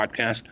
podcast